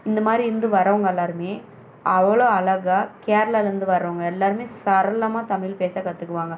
இந்தமாதிரி இருந்து வரவங்க எல்லோருமே அவ்வளோ அழகாக கேரளாலேந்து வரவங்க எல்லோருமே சரளமாக தமிழ் பேச கற்றுக்குவாங்க